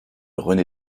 rené